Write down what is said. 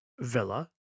Villa